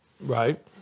Right